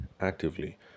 actively